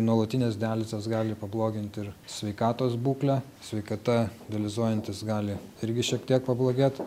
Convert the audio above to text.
nuolatinės dializės gali pablogint ir sveikatos būklę sveikata dializuojantis gali irgi šiek tiek pablogėt